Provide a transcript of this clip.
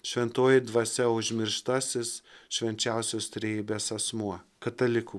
šventoji dvasia užmirštasis švenčiausios trejybės asmuo katalikų